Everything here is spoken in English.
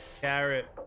carrot